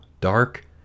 dark